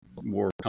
more